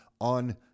on